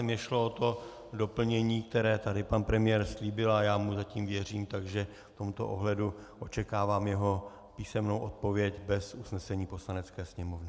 Mně šlo o to doplnění, které tady pan premiér slíbil, a já mu zatím věřím, takže v tomto ohledu očekávám jeho písemnou odpověď bez usnesení Poslanecké sněmovny.